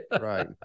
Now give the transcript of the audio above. Right